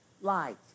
light